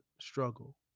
struggle